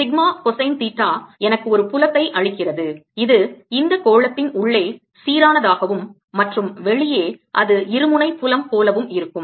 sigma cosine theta எனக்கு ஒரு புலத்தை அளிக்கிறது இது இந்த கோளத்தின் உள்ளே சீரானதாகவும் மற்றும் வெளியே அது இருமுனை புலம் போலவும் இருக்கும்